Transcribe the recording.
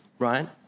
right